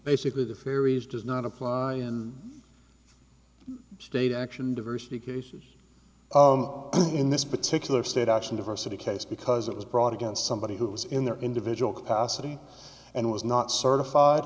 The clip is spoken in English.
basically the firies does not apply in state action diversity cases in this particular state action diversity case because it was brought against somebody who was in their individual capacity and was not certified